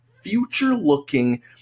future-looking